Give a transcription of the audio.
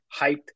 hyped